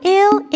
ill